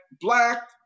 black